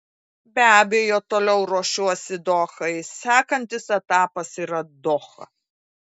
be abejo toliau ruošiuosi dohai sekantis etapas yra doha